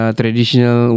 traditional